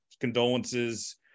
Condolences